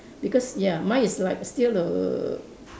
because ya mine is like still err